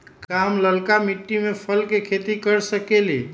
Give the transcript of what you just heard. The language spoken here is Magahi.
का हम लालका मिट्टी में फल के खेती कर सकेली?